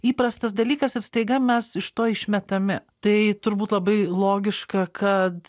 įprastas dalykas ir staiga mes iš to išmetami tai turbūt labai logiška kad